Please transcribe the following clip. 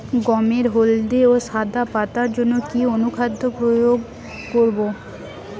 গমের হলদে ও সাদা পাতার জন্য কি অনুখাদ্য প্রয়োগ করব?